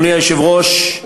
אדוני היושב-ראש,